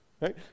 Right